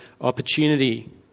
opportunity